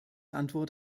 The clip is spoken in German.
antwort